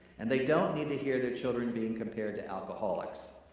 and they don't need to hear their children being compared to alcoholics.